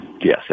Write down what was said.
yes